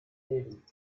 leben